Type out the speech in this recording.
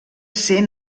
ser